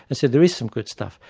and so there is some good stuff,